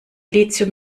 lithium